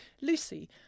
Lucy